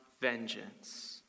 vengeance